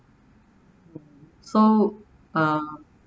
so uh